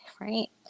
right